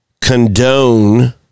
condone